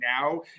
now